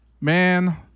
man